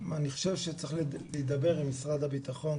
אני חושב שצריך להידבר עם משרד הבטחון,